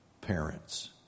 parents